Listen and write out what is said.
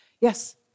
Yes